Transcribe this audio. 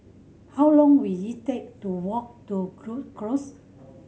how long will it take to walk to Rhu Cross